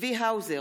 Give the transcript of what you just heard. צבי האוזר,